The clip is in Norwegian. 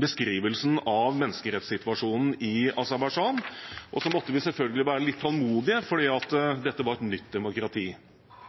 beskrivelsen av menneskerettssituasjonen i Aserbajdsjan. Så måtte vi selvfølgelig være litt tålmodige, for dette var et nytt demokrati.